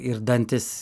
ir dantys